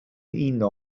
uno